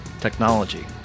technology